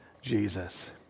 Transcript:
Jesus